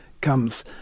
comes